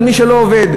על מי שלא עובד.